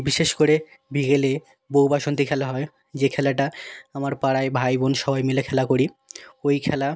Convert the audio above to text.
বিশেষ করে বিকেলে বউ বাসন্তী খেলা হয় যে খেলাটা আমার পাড়ায় ভাই বোন সবাই মিলে খেলা করি ওই খেলা